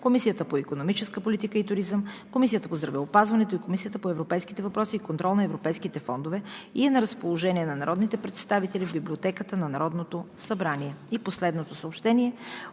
Комисията по икономическа политика и туризъм, Комисията по здравеопазването, Комисията по европейските въпроси и контрол на европейските фондове и е на разположение на народните представители в Библиотеката на Народното събрание.